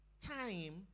time